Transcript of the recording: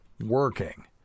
working